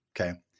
okay